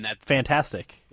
fantastic